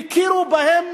הכירו בהם